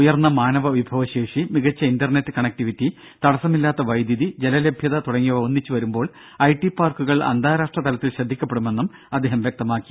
ഉയർന്ന മാനവ വിഭവ ശേഷി മികച്ച ഇന്റർനെറ്റ് കണക്ടിവിറ്റി തടസ്സമില്ലാത്ത വൈദ്യുതി ജല ലഭ്യത തുടങ്ങിയവ ഒന്നിച്ച് വരുമ്പോൾ ഐ ടി പാർക്കുകൾ അന്താരാഷ്ട്ര തലത്തിൽ ശ്രദ്ധിക്കപ്പെടുമെന്നും അദ്ദേഹം വ്യക്തമാക്കി